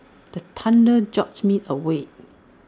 the thunder jolt me awake